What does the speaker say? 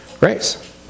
race